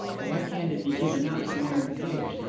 but why can't it be given out that we are engaged.